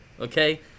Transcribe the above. okay